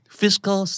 fiscal